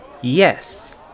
Yes